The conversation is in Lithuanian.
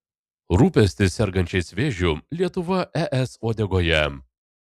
rūpestis sergančiais vėžiu lietuva es uodegoje